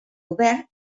govern